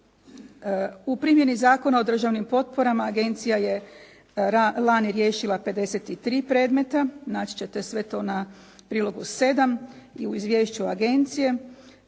U primjeni Zakona o državnim potporama agencija je lani riješila 53 predmeta. Naći ćete sve to na prilogu 7. u izvješću agencije